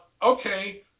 Okay